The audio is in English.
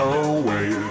away